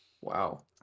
Wow